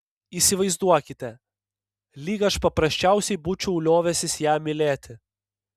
įsivaizduokite lyg aš paprasčiausiai būčiau liovęsis ją mylėti